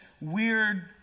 weird